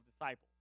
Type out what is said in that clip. disciples